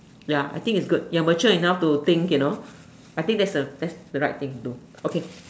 ya I think it's good you are mature enough to think you know I think that's a that's a right thing to do